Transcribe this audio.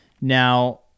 now